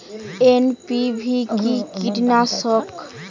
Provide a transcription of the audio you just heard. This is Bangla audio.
এন.পি.ভি কি কীটনাশক?